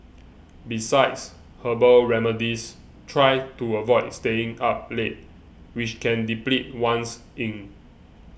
besides herbal remedies try to avoid staying up late which can deplete one's yin